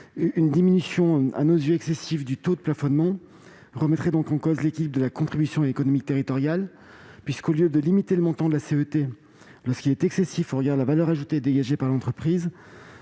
Une diminution excessive, à nos yeux, du taux de plafonnement remettrait donc en cause l'équilibre de la contribution économique territoriale, puisque, au lieu de limiter son montant lorsque celui-ci est trop élevé au regard de la valeur ajoutée dégagée par l'entreprise,